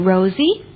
Rosie